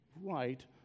right